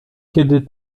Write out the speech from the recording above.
kiedy